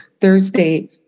Thursday